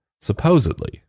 supposedly